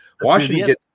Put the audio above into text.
Washington